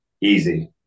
Easy